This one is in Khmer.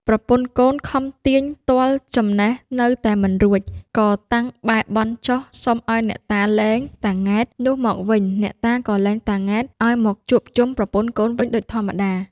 ប្រពន្ធកូនខំទាញទាល់ចំណេះ នៅតែមិនរួច ក៏តាំងបែរបន់ចុះ សុំឲ្យអ្នកតាលែងតា ង៉ែត នោះមកវិញ អ្នកតាក៏លែងតា ង៉ែត ឲ្យមកជួបជុំប្រពន្ធកូនវិញដូចធម្មតា ។